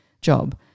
job